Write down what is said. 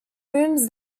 rooms